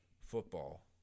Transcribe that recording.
football